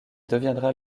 deviendra